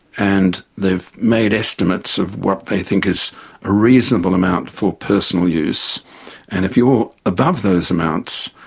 and they've made estimates of what they think is a reasonable amount for personal use and if you're above those amounts,